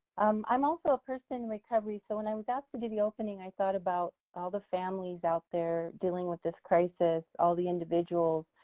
um i'm also a person in recovery, so when i was asked to do the opening, i thought about all the families out there dealing with this crisis, all the individuals,